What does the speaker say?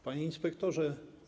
Panie Inspektorze!